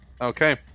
Okay